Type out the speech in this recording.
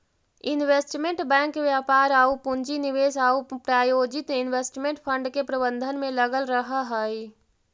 investment bank व्यापार आउ पूंजी निवेश आउ प्रायोजित इन्वेस्टमेंट फंड के प्रबंधन में लगल रहऽ हइ